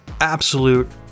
absolute